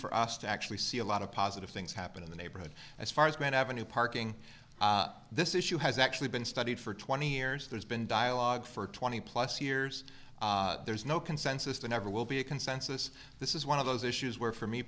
for us to actually see a lot of positive things happen in the neighborhood as far as grand avenue parking this issue has actually been studied for twenty years there's been dialogue for twenty plus years there's no consensus there never will be a consensus this is one of those issues where for me